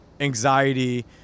anxiety